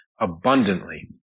abundantly